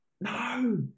No